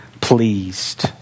pleased